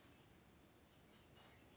कंत्राटी शेती ही आजची गरज आहे